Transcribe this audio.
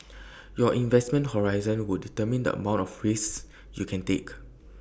your investment horizon would determine the amount of risks you can take